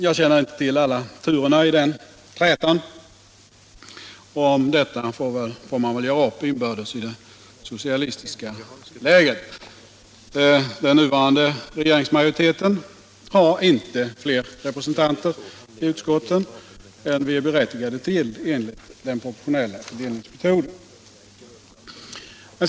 Jag känner inte till alla turerna i den trätan, och om detta får man väl göra upp inbördes i det socialistiska lägret. Den nuvarande regeringsmajoriteten har inte fler representanter i utskotten än vi är berättigade till enligt den proportionella fördelningsmetoden.